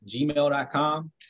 gmail.com